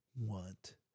want